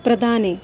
प्रदाने